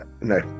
No